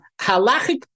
halachic